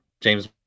James